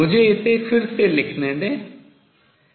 मुझे इसे फिर से लिखने दें